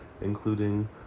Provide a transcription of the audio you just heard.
including